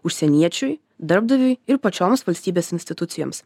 užsieniečiui darbdaviui ir pačioms valstybės institucijoms